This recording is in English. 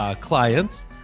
clients